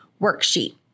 Worksheet